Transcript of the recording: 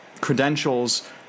credentials